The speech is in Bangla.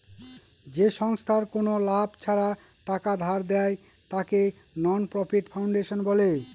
যে সংস্থায় কোনো লাভ ছাড়া টাকা ধার দেয়, তাকে নন প্রফিট ফাউন্ডেশন বলে